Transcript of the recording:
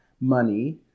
money